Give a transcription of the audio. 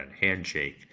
Handshake